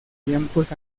tiempos